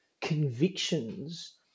convictions